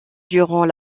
durant